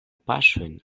paŝojn